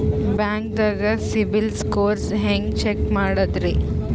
ಬ್ಯಾಂಕ್ದಾಗ CIBIL score ಹೆಂಗ್ check ಮಾಡದ್ರಿ?